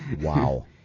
Wow